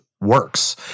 works